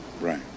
Right